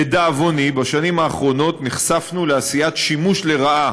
לדאבוני, בשנים האחרונות נחשפנו לעשיית שימוש לרעה